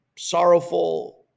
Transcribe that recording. sorrowful